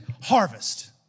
harvest